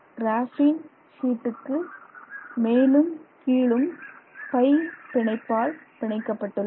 கிராபின் சீட்டுக்கு மேலும் கீழும் பை பிணைப்பால் பிணைக்கப்பட்டுள்ளன